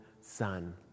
son